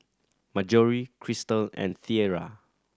Marjory Cristal and Tiera